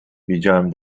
wiedziałem